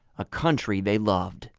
a country they loved.